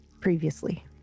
previously